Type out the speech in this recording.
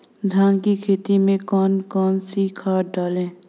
धान की खेती में कौन कौन सी खाद डालें?